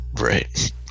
right